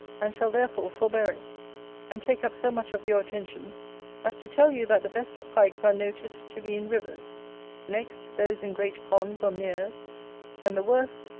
and shall therefore forbear it and take up so much of your attention as to tell you that the best of pikes are noted to be in rivers next, those in great ponds or meres and the worst,